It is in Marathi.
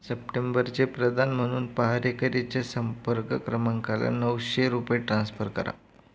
सप्टेंबरचे प्रदान म्हणून पहारेकरीच्या संपर्क क्रमांकाला नऊशे रुपये ट्रान्स्फर करा